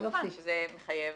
כמובן שזה מחייב